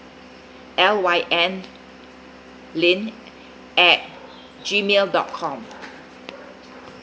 L_Y_N lyn at G mail dot com